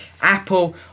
Apple